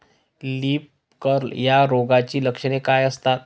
Leaf curl या रोगाची लक्षणे काय असतात?